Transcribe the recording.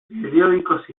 periódicos